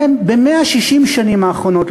ב-160 השנים האחרונות,